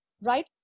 Right